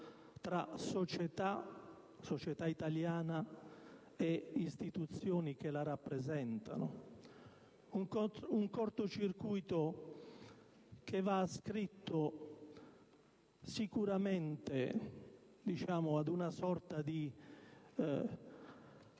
la società italiana e le istituzioni che la rappresentano, un cortocircuito che va ascritto sicuramente ad una